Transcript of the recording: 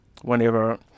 whenever